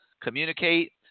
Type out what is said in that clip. communicate